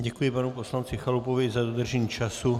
Děkuji panu poslanci Chalupovi za dodržení času.